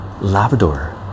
Labrador